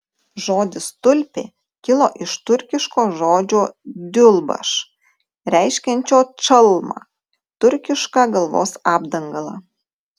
žodis tulpė kilo iš turkiško žodžio diulbaš reiškiančio čalmą turkišką galvos apdangalą